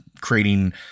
creating